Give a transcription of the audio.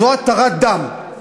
זאת התרת דם.